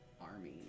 Army